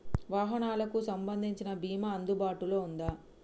వాహనాలకు సంబంధించిన బీమా అందుబాటులో ఉందా?